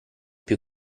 più